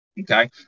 Okay